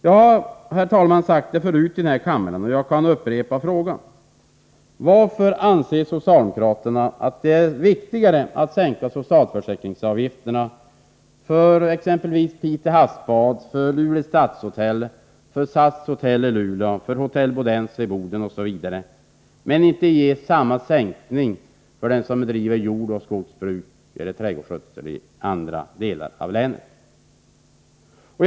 Jag har frågat det förut här i kammaren och kan upprepa frågan: Varför anser socialdemokraterna att det är viktigare att sänka socialförsäkringsavgifterna för exempelvis Pite havsbad, Luleå stadshotell, SAS Hotell i Luleå, Hotell Bodensia i Boden osv. än att ge dem som bedriver jordoch skogsbruk eller trädgårdsskötsel i andra delar av länet en sänkning?